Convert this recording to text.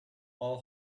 all